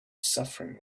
suffering